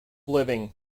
living